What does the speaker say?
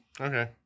Okay